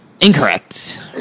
Incorrect